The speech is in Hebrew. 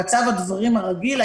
במצב הדברים הרגיל,